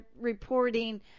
reporting